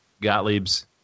Gottlieb's